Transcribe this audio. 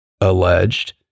alleged